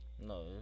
No